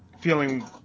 feeling